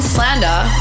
Slander